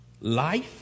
life